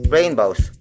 Rainbows